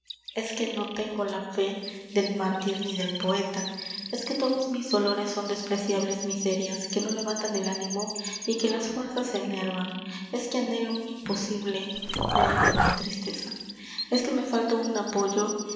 es que no tengo la fé del mártir ni del poeta es que todos mis dolores son despreciables miserias que no levantan el ánimo y que las fuerzas enervan es que anhelo un imposible delirio de mi tristeza es que me falta un apoyo